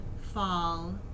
fall